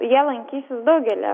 jie lankysis daugelyje